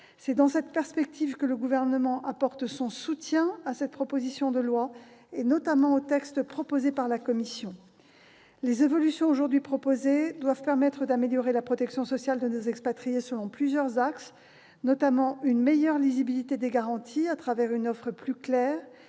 C'est dans cette perspective que le Gouvernement apporte son soutien à cette proposition de loi, notamment au texte de la commission. Les évolutions aujourd'hui proposées doivent permettre d'améliorer la protection sociale de nos expatriés selon plusieurs axes : une meilleure lisibilité des garanties à travers une offre plus claire,